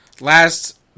last